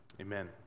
Amen